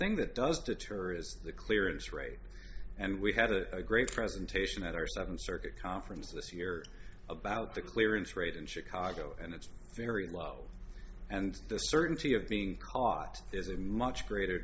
thing that does deter is the clearance rate and we had a great presentation at our seventh circuit conference this year about the clearance rate in chicago and it's very low and the certainty of being caught is a much greater